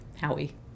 Howie